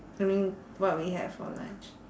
I mean what we had for lunch